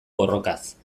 borrokaz